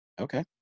okay